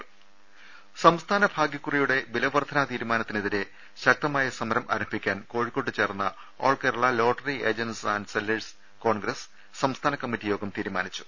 രുട്ട്ട്ട്ട്ട്ട്ട്ട ട സംസ്ഥാന ഭാഗ്യക്കുറിയുടെ വിലവർദ്ധനാ തീരുമാനത്തിനെതിരെ ശക്ത മായ സമരം ആരംഭിക്കാൻ കോഴിക്കോട്ട് ചേർന്ന all Kerala lottery agents and sellers congress സംസ്ഥാന കമ്മിറ്റി യോഗം തീരു മാനിച്ചു